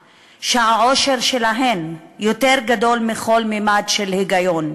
שהעושר שלהן יותר גדול מכל ממד של היגיון,